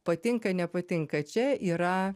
patinka nepatinka čia yra